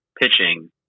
pitching